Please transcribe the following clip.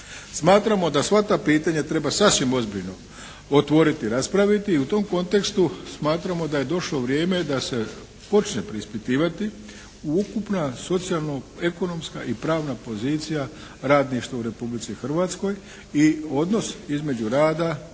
Smatramo da sva ta pitanja treba sasvim ozbiljno otvoriti i raspraviti i u tom kontekstu smatramo da je došlo vrijeme da se počne preispitivati ukupna socijalno-ekonomska i pravna pozicija radništva u Republici Hrvatskoj i odnos između rada